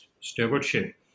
stewardship